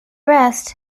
rest